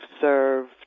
served